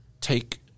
take